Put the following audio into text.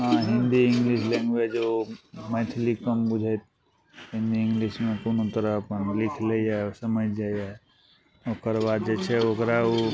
हँ Hindi English language ओ मैथिली कम बुझैत हिन्दी इन्गलिशमे कोनो तरह अपन लिखि लैए ओ समझि जाइए ओकर बाद जे छै ओकरा ओ